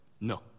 No